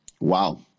Wow